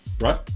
Right